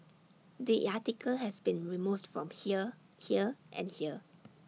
the article has been removed from here here and here